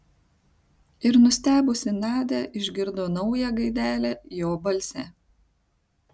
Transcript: ir nustebusi nadia išgirdo naują gaidelę jo balse